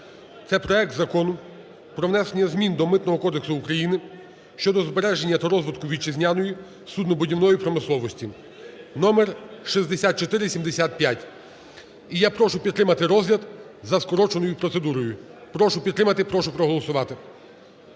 це проект Закону про внесення змін до Митного кодексу України (щодо збереження та розвитку вітчизняної суднобудівної промисловості) (№ 6475). І я прошу підтримати розгляд за скороченою процедурою. Прошу підтримати. Прошу проголосувати.